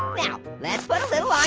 now let's put a little ah